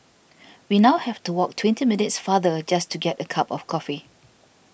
we now have to walk twenty minutes farther just to get a cup of coffee